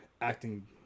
acting